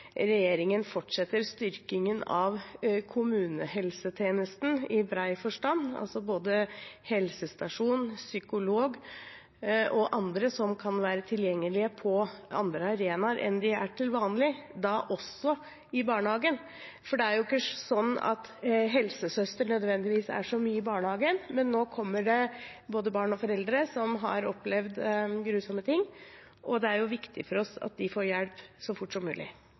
regjeringen fortsetter styrkingen av kommunehelsetjenesten i bred forstand, altså både helsestasjoner, psykologer og andre som kan være tilgjengelig på andre arenaer enn de er på til vanlig, også i barnehagen. Helsesøstre er jo ikke nødvendigvis så mye i barnehagen, men nå kommer det både barn og foreldre som har opplevd grusomme ting, og det er viktig for oss at de får hjelp så fort som mulig.